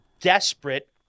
desperate